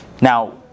Now